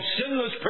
sinless